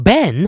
Ben